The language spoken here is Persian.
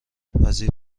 وزیر